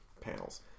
panels